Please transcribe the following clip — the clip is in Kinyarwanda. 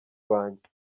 wanjye